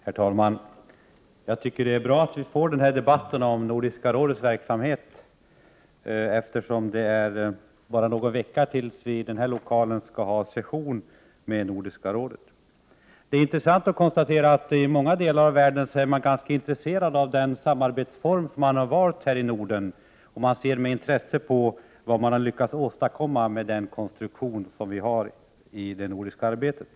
Herr talman! Det är bra att vi får den här debatten om Nordiska rådets verksamhet, eftersom det bara är någon vecka tills Nordiska rådet i denna lokal skall ha sin session. Det är intressant att konstatera att man i många delar av världen är ganska intresserad av den samarbetsform som vi har valt här i Norden. Man ser med intresse på vad vi har lyckats åstadkomma med den konstruktion som vi valt i det nordiska arbetet.